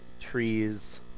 trees